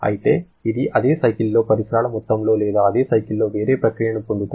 అయితే ఇది అదే సైకిల్ లో పరిసరాల మొత్తంలో లేదా అదే సైకిల్ లో వేరే ప్రక్రియను పొందుతోంది